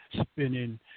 spinning